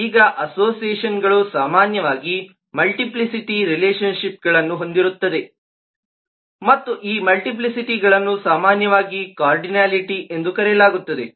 ಈಗ ಅಸೋಸಿಯೇಷನ್ಗಳು ಸಾಮಾನ್ಯವಾಗಿ ಮಲ್ಟಿಪ್ಲೇಸಿಟಿ ರಿಲೇಶನ್ ಶಿಪ್ಗಳನ್ನು ಹೊಂದಿರುತ್ತವೆ ಮತ್ತು ಈ ಮಲ್ಟಿಪ್ಲೇಸಿಟಿ ಗಳನ್ನು ಸಾಮಾನ್ಯವಾಗಿ ಕಾರ್ಡಿನಲಿಟಿ ಎಂದು ಕರೆಯಲಾಗುತ್ತದೆ